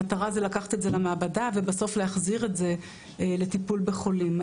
המטרה היא לקחת את זה למעבדה ובסוף להחזיר את זה לטיפול בחולים.